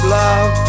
love